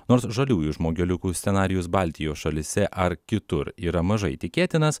nors žaliųjų žmogeliukų scenarijus baltijos šalyse ar kitur yra mažai tikėtinas